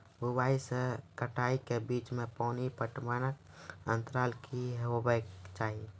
बुआई से कटाई के बीच मे पानि पटबनक अन्तराल की हेबाक चाही?